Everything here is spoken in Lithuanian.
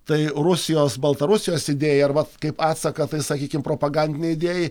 tai rusijos baltarusijos idėjai arba kaip atsaką tai sakykim propagandinei idėjai